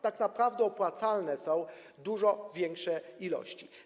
Tak naprawdę opłacalne są dużo większe ilości.